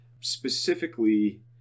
Specifically